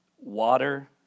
water